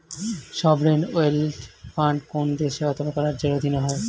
sovereign wealth fund কোন দেশ অথবা রাজ্যের অধীনে হয়